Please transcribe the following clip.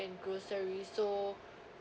and grocery so